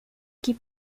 que